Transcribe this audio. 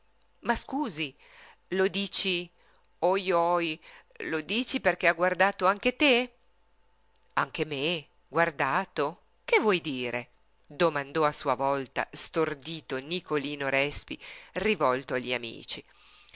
ma scusa lo dici ohi ohi lo dici perché ha guardato anche te anche me guardato che vuoi dire domandò a sua volta stordito nicolino respi rivolto agli amici